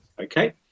Okay